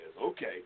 Okay